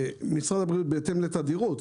בהתאם לתדירות.